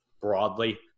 broadly